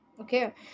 Okay